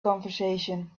conversation